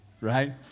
right